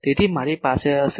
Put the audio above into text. તેથી મારી પાસે હશે